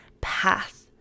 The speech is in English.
path